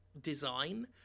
design